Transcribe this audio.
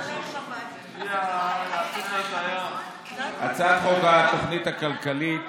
הצעת חוק התוכנית הכלכלית